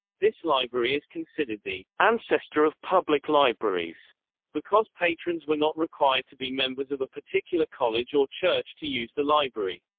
this library is considered the ancestor of public libraries because patrons were not required to be members of a particular college or church to use the library.